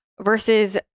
versus